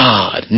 God